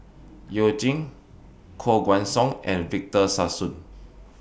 YOU Jin Koh Guan Song and Victor Sassoon